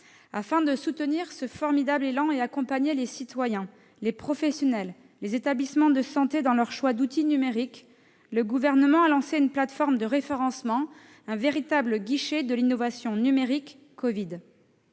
Afin de soutenir ce formidable élan et d'accompagner à la fois les citoyens, les professionnels et les établissements de santé dans leurs choix d'outils numériques, le Gouvernement a lancé une plateforme de référencement, véritable guichet de l'innovation numérique dédié